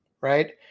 right